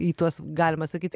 į tuos galima sakyt